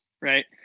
right